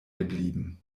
geblieben